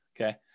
okay